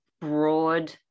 broad